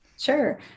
Sure